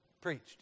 preached